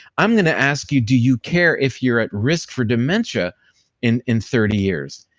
i'm gonna ask you, do you care if you're at risk for dementia in in thirty years?